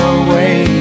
away